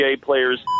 players